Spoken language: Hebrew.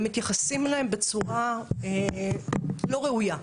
ומתייחסים אליהם בצורה לא ראויה,